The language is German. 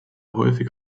häufig